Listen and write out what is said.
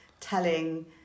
telling